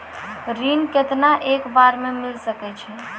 ऋण केतना एक बार मैं मिल सके हेय?